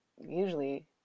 usually